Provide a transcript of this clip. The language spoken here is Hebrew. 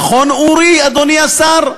נכון, אורי, אדוני השר?